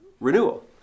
renewal